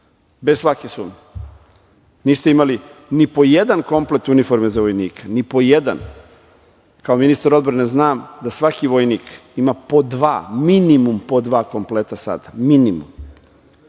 bez svake sumnje. Niste imali ni po jedan komplet uniforme za vojnike, ni po jedan. Kao ministar odbrane znam da svaki vojnik ima po dva, minimum po dva kompleta sada, minimum.